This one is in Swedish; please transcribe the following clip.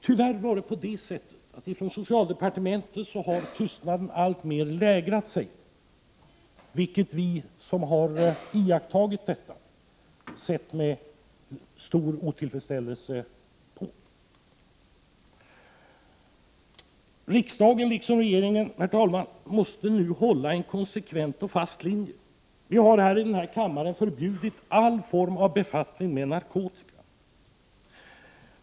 Tyvärr har tystnaden från socialdepartementet alltmer lägrat sig, vilket vi som har iakttagit detta sett med stor otillfredsställelse. Riksdagen, liksom regeringen, måste nu hålla en konsekvent och fast linje. Vi har förbjudit all form av befattning med narkotika.